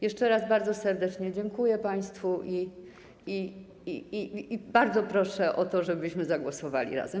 Jeszcze raz bardzo serdecznie dziękuję państwu i bardzo proszę o to, żebyśmy zagłosowali razem.